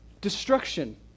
destruction